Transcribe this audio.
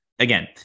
Again